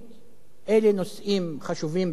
אלו נושאים חשובים ביותר.